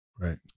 Right